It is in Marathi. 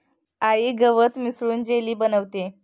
आई गवत मिसळून जेली बनवतेय